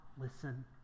listen